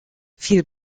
viel